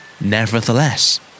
Nevertheless